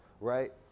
right